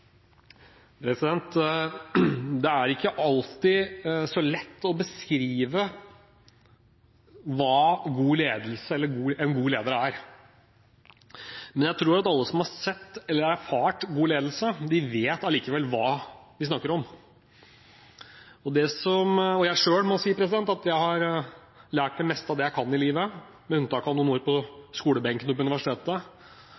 Det er ikke alltid så lett å beskrive hva god ledelse eller en god leder er, men jeg tror at alle som har sett eller erfart god ledelse, allikevel vet hva vi snakker om. Jeg har selv lært det meste av det jeg kan i livet, med unntak av